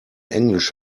englisch